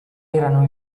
erano